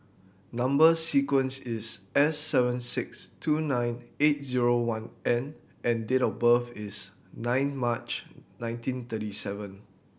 number sequence is S seven six two nine eight zero one N and date of birth is nine March nineteen thirty seven